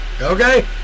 Okay